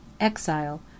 exile